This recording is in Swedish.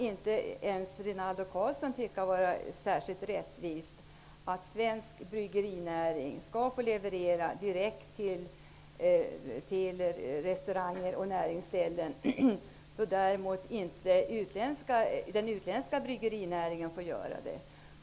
Inte ens Rinaldo Karlsson kan väl tycka det vara särskilt rättvist att svensk bryggerinäring skall få leverera direkt till restauranger och näringsställen, om inte den utländska bryggerinäringen får göra det.